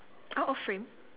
out of frame